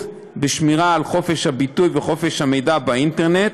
בשמירה על חופש הביטוי וחופש המידע באינטרנט,